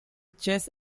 chess